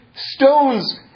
stones